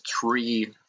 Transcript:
three